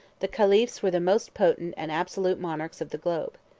the caliphs were the most potent and absolute monarchs of the globe.